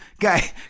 guy